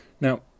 Now